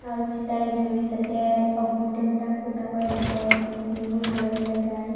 চাউল চটিয়াই জুইত যাতে অগ্নিদেৱতাক পূজা কৰে যাতে দিনবোৰ ভালে ভালে যায়